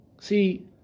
See